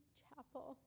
chapel